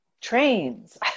trains